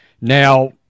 Now